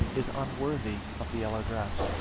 is unworthy of the yellow dress.